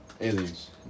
Aliens